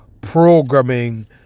programming